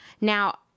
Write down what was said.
Now